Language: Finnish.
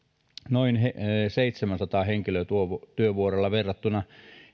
noin seitsemälläsadalla henkilötyövuodella verrattuna